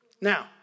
Now